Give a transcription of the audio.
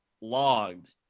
logged